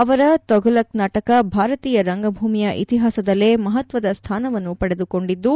ಅವರ ತೊಫಲಕ್ ನಾಟಕ ಭಾರತೀಯ ರಂಗಭೂಮಿಯ ಇತಿಹಾಸದಲ್ಲೇ ಮಹತ್ವದ ಸ್ವಾನವನ್ನು ಪಡೆದುಕೊಂಡಿದ್ದು